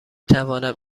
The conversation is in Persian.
توانم